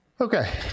okay